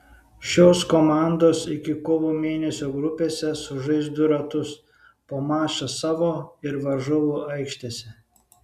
šios komandos iki kovo mėnesio grupėse sužais du ratus po mačą savo ir varžovų aikštėse